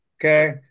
Okay